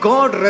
God